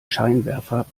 scheinwerfer